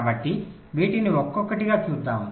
కాబట్టి వీటిని ఒక్కొక్కటిగా చూద్దాం